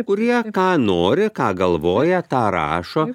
kurie ką nori ką galvoja tą rašo